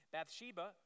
Bathsheba